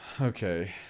Okay